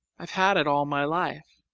i've had it all my life.